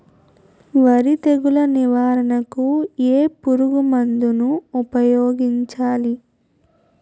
వరి తెగుల నివారణకు ఏ పురుగు మందు ను ఊపాయోగించలి?